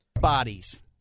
bodies